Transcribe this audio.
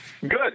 Good